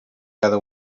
cada